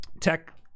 Tech